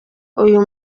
uyu